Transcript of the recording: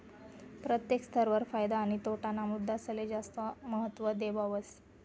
प्रत्येक स्तर वर फायदा आणि तोटा ना मुद्दासले जास्त महत्व देवावस